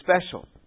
special